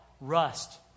rust